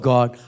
God